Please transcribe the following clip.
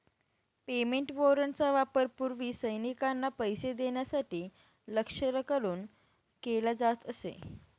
payment वॉरंटचा वापर पूर्वी सैनिकांना पैसे देण्यासाठी लष्कराकडून केला जात असे